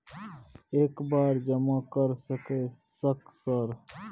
एक बार जमा कर सके सक सर?